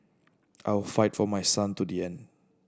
I will fight for my son to the end